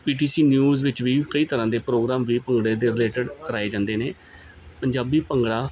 ਪੀ T C news ਵਿੱਚ ਵੀ ਕਈ ਤਰ੍ਹਾਂ ਦੇ ਪ੍ਰੋਗਰਾਮ ਵੀ ਭੰਗੜੇ ਦੇ ਰਿਲੇਟਡ ਕਰਾਏ ਜਾਂਦੇ ਨੇ ਪੰਜਾਬੀ ਭੰਗੜਾ